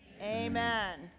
Amen